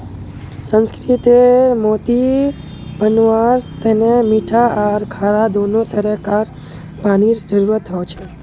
सुसंस्कृत मोती बनव्वार तने मीठा आर खारा दोनों तरह कार पानीर जरुरत हछेक